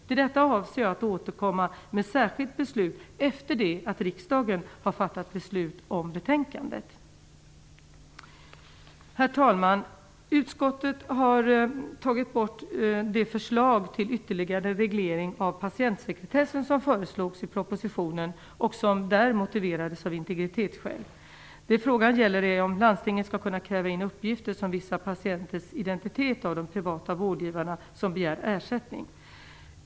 Till detta avser jag att återkomma med ett särskilt beslut efter det att riksdagen har fattat beslut om dagens ärende. Herr talman! Utskottet har tagit bort det förslag till ytterligare reglering av patientsekretessen som föreslogs i propositionen och som där motiverades av integritetsskäl. Det frågan gäller är om landstinget skall kunna kräva in uppgifter som visar patienters identitet av de privata vårdgivare som begär ersättning.